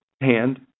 hand